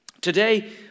Today